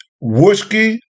whiskey